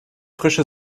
frische